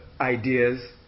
Ideas